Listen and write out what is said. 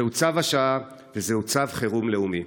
זהו צו השעה וזהו צו חירום לאומי.